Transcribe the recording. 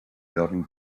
building